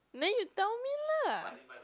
then you tell me lah